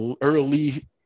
early